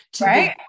Right